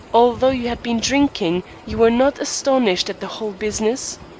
although you had been drinking, you were not astonished at the whole business?